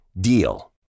DEAL